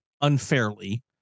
unfairly